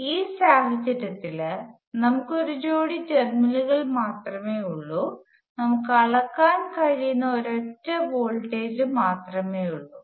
ഈ സാഹചര്യത്തിൽ നമ്മുക്ക് ഒരു ജോഡി ടെർമിനലുകൾ മാത്രമേ ഉള്ളൂ നമ്മുക്ക് അളക്കാൻ കഴിയുന്ന ഒരൊറ്റ വോൾട്ടേജ് മാത്രമേയുള്ളൂ